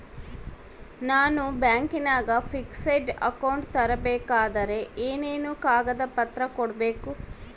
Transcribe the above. ನಾನು ಬ್ಯಾಂಕಿನಾಗ fixed account ತೆರಿಬೇಕಾದರೆ ಏನೇನು ಕಾಗದ ಪತ್ರ ಕೊಡ್ಬೇಕು?